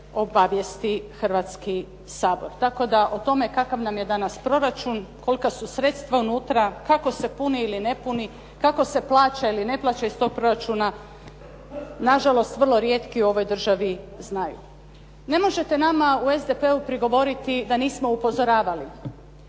obavijesti Hrvatski sabor. Tako da o tome kakav nam je danas proračun, kolika su sredstva unutra, kako se puni ili ne puni, kako se plaća ili ne plaća iz tog proračuna, nažalost vrlo rijetki u ovoj državi znaju. Ne možete nama u SDP-u prigovoriti da nismo upozoravali,